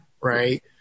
Right